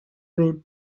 route